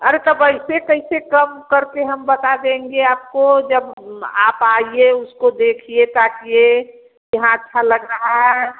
अरे तो भाई एसे कइसे कम कम करके हम बता देंगे आपको जब आप आइए उसको देखिए ताकिये तो हाँ अच्छा लग रहा है